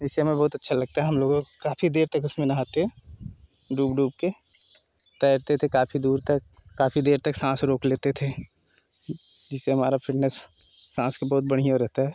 इस समय बहुत अच्छा लगता है हम लोग काफी देर तक उसमें नहाते डूब डूब के तैरते थे काफी दूर तक काफी देर तक सांस रोक लेते थे जिससे हमारा फिटनेस सांस का बहुत बढ़िया रहता है